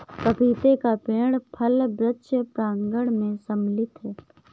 पपीते का पेड़ फल वृक्ष प्रांगण मैं सम्मिलित है